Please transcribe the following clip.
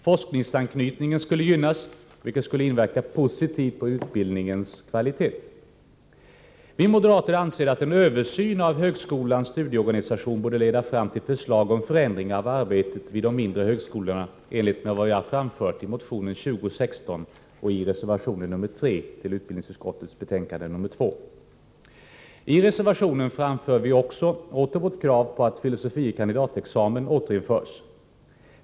Forskningsanknytningen skulle gynnas, vilket skulle inverka positivt på utbildningens kvalitet. Vi moderater anser att en översyn av högskolans studieorganisation borde leda fram till förslag om förändringar av arbetet vid de mindre högskolorna, enligt vad vi har framfört i motionen 2016 och reservationen 3 till utbildningsutskottets betänkande nr 2. I reservationen framför vi också på nytt vårt krav på att filosofie kandidat-examen återinförs.